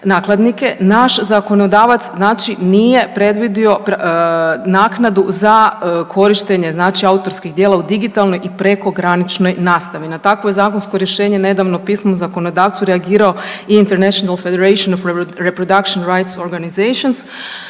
nakladnike naš zakonodavac nije predvidio naknadu za korištenje autorskih djela u digitalnoj i prekograničnoj nastavi. Na takvo je zakonsko rješenje nedavno pismo zakonodavcu reagiralo …/Govornica govori engleski./… Međunarodno udruženje organizacije